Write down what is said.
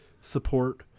support